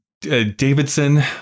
Davidson